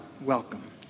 welcome